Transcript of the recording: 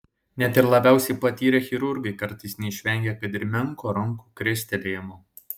net ir labiausiai patyrę chirurgai kartais neišvengia kad ir menko rankų krestelėjimo